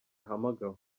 ahamagawe